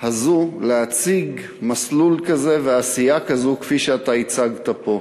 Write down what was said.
הזו להציג מסלול כזה ועשיה כזאת כפי שאתה הצגת פה.